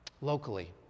locally